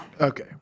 Okay